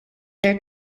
their